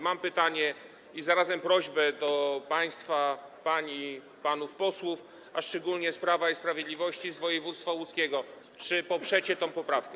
Mam pytanie i zarazem prośbę do państwa, pań i panów posłów, a szczególnie z Prawa i Sprawiedliwości, z woj. łódzkiego, pytanie, czy poprzecie tę poprawkę.